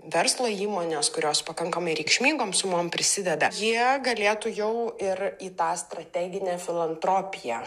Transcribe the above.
verslo įmonės kurios pakankamai reikšmingom sumom prisideda jie galėtų jau ir į tą strateginę filantropiją